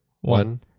one